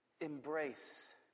Embrace